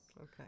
Okay